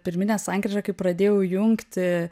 pirminė sankryža kai pradėjau jungti